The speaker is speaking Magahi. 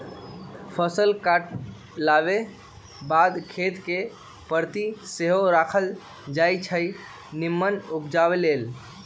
फसल काटलाके बाद खेत कें परति सेहो राखल जाई छै निम्मन उपजा लेल